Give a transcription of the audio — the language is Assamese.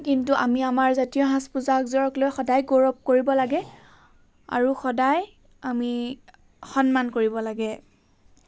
কিন্তু আমি আমাৰ জাতীয় সাজ পোচাক যোৰক লৈ সদায় গৌৰৱ কৰিব লাগে আৰু সদায় আমি সন্মান কৰিব লাগে